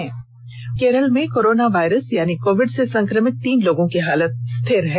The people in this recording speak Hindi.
उन्होंने कहा कि केरल में कोरोना वायरस यानी कोविड से संक्रमित तीन लोगों की हालत स्थिर है